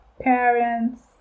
parents